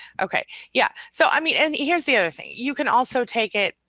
okay, yeah. so, i mean. and here's the other thing, you can also take it.